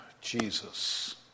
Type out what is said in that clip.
Jesus